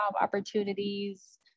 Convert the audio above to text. opportunities